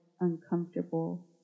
uncomfortable